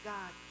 God